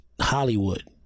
Hollywood